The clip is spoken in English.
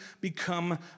become